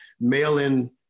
mail-in